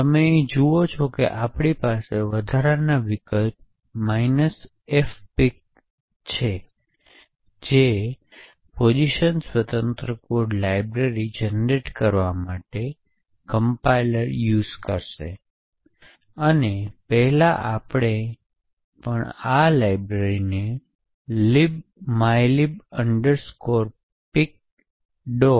તમે અહીં જુઓ છો કે આપણી પાસે વધારાના વિકલ્પ fpic છે જે પોઝિશન સ્વતંત્ર કોડ લાઇબ્રેરી જનરેટ કરવા માટે કમ્પાઇલર યુઝ કરશે અને પહેલાં આપણે પણ આ લાઈબ્રેરીને libmylib pic